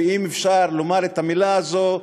ואם אפשר לומר את המילה הזאת,